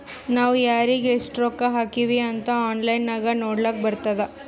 ನಾವ್ ಯಾರಿಗ್ ಎಷ್ಟ ರೊಕ್ಕಾ ಹಾಕಿವ್ ಅಂತ್ ಆನ್ಲೈನ್ ನಾಗ್ ನೋಡ್ಲಕ್ ಬರ್ತುದ್